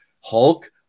Hulk